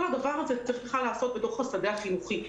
כל הדבר הזה צריך בכלל לעסוק בתוך השדה החינוכי.